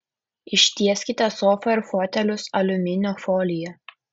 ištieskite sofą ir fotelius aliuminio folija